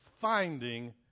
finding